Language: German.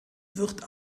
wird